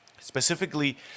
Specifically